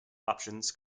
options